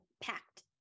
packed